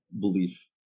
belief